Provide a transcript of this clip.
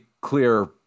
clear